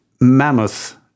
mammoth